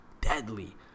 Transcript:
deadly